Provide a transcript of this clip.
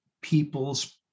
people's